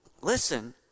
Listen